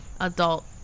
adult